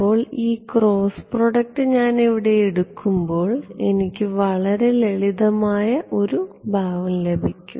അതിനാൽ ഈ cross product ഞാൻ ഇവിടെ എടുക്കുമ്പോൾ എനിക്ക് വളരെ ലളിതമായ ഒരു ഭാവം ലഭിക്കും